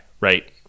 right